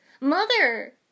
Mother